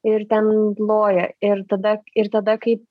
ir ten loja ir tada ir tada kaip